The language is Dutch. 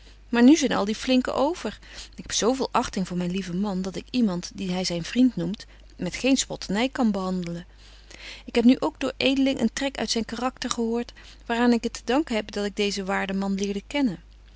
maar nu zyn al die flinken over ik heb zo veel achting voor myn lieven man dat ik iemand dien hy zyn vriend noemt met geen spotterny kan behandelen ik heb nu ook door edeling een trek uit zyn karakter gehoort waar aan ik het te danken heb dat ik deezen waarden man leerde kennen